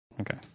Okay